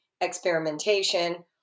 experimentation